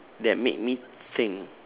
that make me think